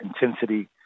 intensity